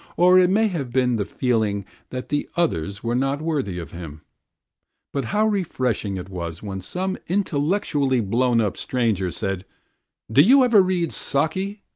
or it may have been the feeling that the others were not worthy of him but how refreshing it was when some intellectually blown-up stranger said do you ever read saki?